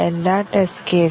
എന്താണ് ഇവിടെ കവറേജ്